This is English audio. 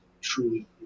truly